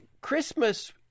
Christmas